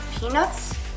Peanuts